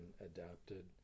adapted